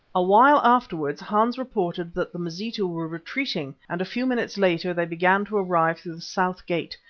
a while afterwards hans reported that the mazitu were retreating and a few minutes later they began to arrive through the south gate,